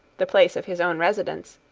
the place of his own residence,